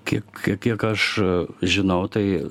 kiek kiek aš žinau tai